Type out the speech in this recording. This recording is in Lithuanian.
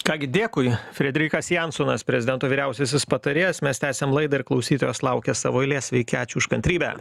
ką gi dėkui frederikas jansonas prezidento vyriausiasis patarėjas mes tęsiam laidą ir klausytojas laukia savo eilės sveiki ačiū už kantrybę